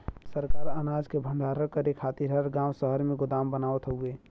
सरकार अनाज के भण्डारण करे खातिर हर गांव शहर में गोदाम बनावत हउवे